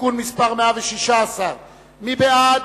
(תיקון מס' 116). מי בעד?